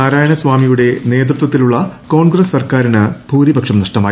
നാരായണ സ്വാമിയുടെ നേതൃത്വത്തിലുള്ള കോൺഗ്രസ് സർക്കാരിന് ഭൂരിപക്ഷം നൃഷ്ടമായി